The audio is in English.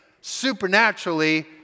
Supernaturally